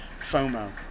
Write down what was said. FOMO